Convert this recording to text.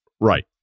Right